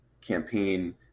campaign